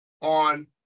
on